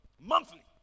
monthly